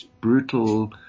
brutal